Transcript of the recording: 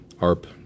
ARP